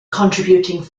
contributing